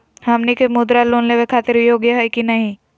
हमनी के मुद्रा लोन लेवे खातीर योग्य हई की नही?